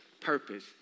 purpose